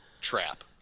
trap